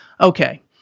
okay